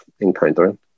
encountering